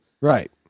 Right